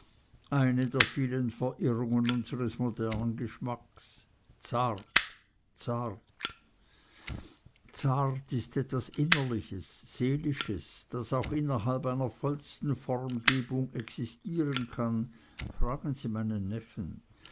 eine der vielen verirrungen unseres modernen geschmacks zart zart zart ist etwas innerliches seelisches das auch innerhalb einer vollsten formengebung existieren kann fragen sie meinen neffen